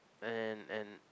and and